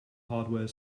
hardware